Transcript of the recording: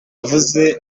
avuze